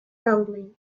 rumbling